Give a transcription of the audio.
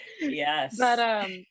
Yes